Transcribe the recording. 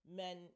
men